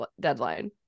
deadline